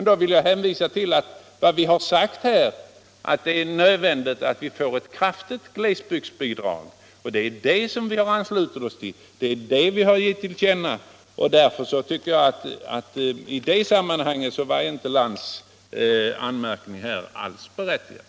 Jag vill då hänvisa till vad vi har sagt, nämligen att det är nödvändigt att glesbygdskommunerna får ett kraftigt bidrag. Vi har anslutit oss till detta, vi har gett det till känna, och därför tycker jag att i det sammanhanget var fru Lantz anmärkning inte alls berättigad.